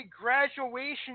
graduation